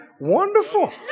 Wonderful